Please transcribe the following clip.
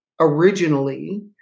originally